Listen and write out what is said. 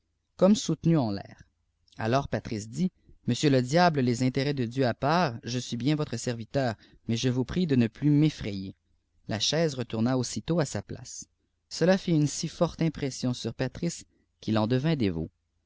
comme soutenu en l àir alors patris dit monsieur le diable les intérêts de dieu à part je suis bien voire serviteur mais je vous prie de ne plus ra'effrayer la chaise retourna aussitôt à sa place cela fit une si forte impression sur patris qu'il en devint